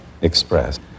express